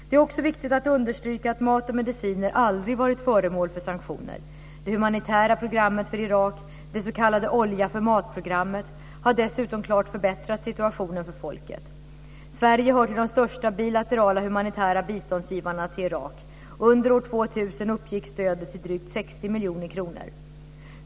Det är också viktigt att understryka att mat och mediciner aldrig varit föremål för sanktioner. Det humanitära programmet för Irak, det s.k. olja-förmat-programmet, har dessutom klart förbättrat situationen för folket. Sverige hör till de största bilaterala humanitära biståndsgivarna till Irak: Under år 2000 uppgick stödet till drygt 60 miljoner kronor.